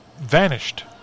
Vanished